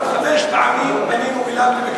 חמש פעמים פנינו אליו בבקשה.